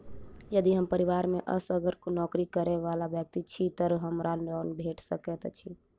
यदि हम परिवार मे असगर नौकरी करै वला व्यक्ति छी तऽ हमरा लोन भेट सकैत अछि?